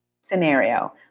scenario